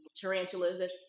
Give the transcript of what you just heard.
tarantulas